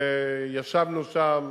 וישבנו שם,